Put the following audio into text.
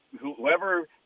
whoever